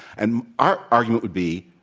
and our argument would be,